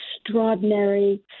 extraordinary